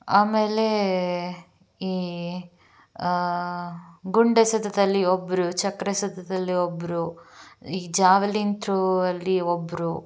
ಆಮೇಲೆ ಈ ಗುಂಡು ಎಸೆತದಲ್ಲಿ ಒಬ್ಬರು ಚಕ್ರ ಎಸೆತದಲ್ಲಿ ಒಬ್ಬರು ಈ ಜಾವ್ಲಿನ್ ಥ್ರೋವಲ್ಲಿ ಒಬ್ಬರು